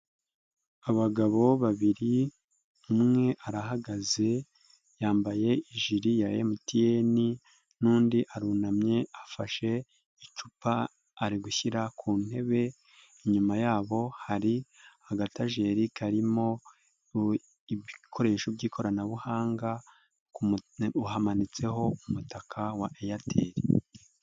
Abagabo babiri, umwe arahagaze, yambaye ijiri ya MTN n'undi arunamye, afashe icupa, ari gushyira ku ntebe, inyuma yabo hari agatajeri karimo ibikoresho by'ikoranabuhanga, hamanitseho umutaka wa Airtel.